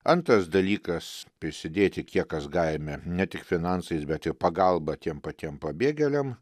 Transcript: antras dalykas prisidėti kiek kas galime ne tik finansais bet ir pagalba tiem patiem pabėgėliam